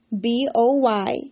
B-O-Y